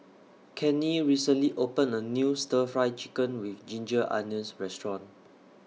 Cannie recently opened A New Stir Fry Chicken with Ginger Onions Restaurant